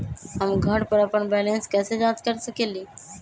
हम घर पर अपन बैलेंस कैसे जाँच कर सकेली?